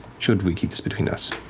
should we keep this between us.